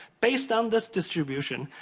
based on this distribution,